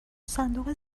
صندوق